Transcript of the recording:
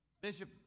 Bishop